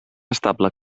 estable